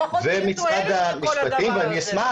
לפחות שתהיה תועלת בכל הדבר הזה.